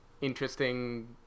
interesting